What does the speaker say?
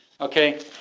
okay